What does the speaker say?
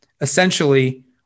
essentially